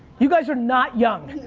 you guys are not young.